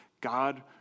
God